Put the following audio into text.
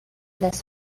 this